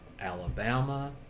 Alabama